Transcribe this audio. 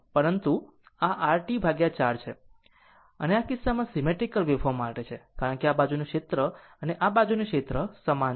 પરંતુ આ r T 4 છે અને તે કિસ્સામાં સીમેટ્રીકલ વેવફોર્મ માટે છે કારણ કે આ બાજુનું ક્ષેત્ર અને આ બાજુનું ક્ષેત્રફળ સમાન છે